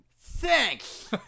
Thanks